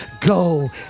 go